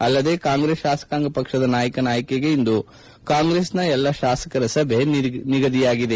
ಅಲ್ಲದೆ ಕಾಂಗ್ರೆಸ್ ಶಾಸಕಾಂಗ ಪಕ್ಷದ ನಾಯಕನ ಆಯ್ಕೆಗೆ ಇಂದು ಕಾಂಗ್ರೆಸ್ನ ಎಲ್ಲಾ ಶಾಸಕರ ಸಭೆ ನಿಗದಿಯಾಗಿದೆ